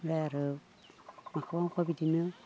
आरो माखौबा माखौबा बिदिनो